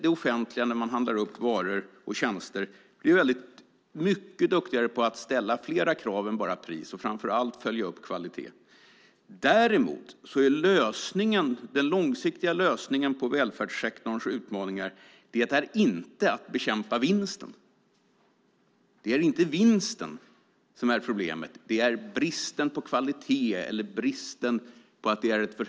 Det offentliga måste bli mycket duktigare på att ställa krav på mer än bara priset och framför allt på att följa upp kvaliteten. Den långsiktiga lösningen på välfärdssektorns utmaningar är inte att bekämpa vinsten. Det är inte vinsten som är problemet, det är bristen på kvalitet eller fokuseringen på priset.